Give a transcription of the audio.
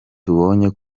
tubonye